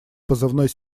позывной